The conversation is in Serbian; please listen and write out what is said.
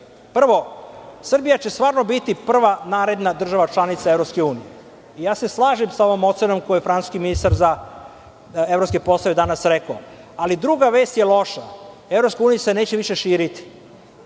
Prvo, Srbija će stvarno biti prva naredna država članica EU. Ja se slažem sa ovom ocenom koju je francuski ministar za evropske poslove danas rekao, ali druga vest je loša. Evropska unija se neće više širiti.